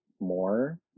more